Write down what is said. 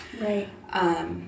Right